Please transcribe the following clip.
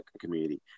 community